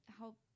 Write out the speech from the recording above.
help